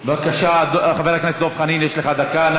בבקשה, חבר הכנסת דב חנין, יש לך דקה.